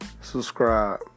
Subscribe